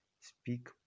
Speak